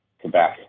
Quebec